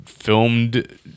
Filmed